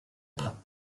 pas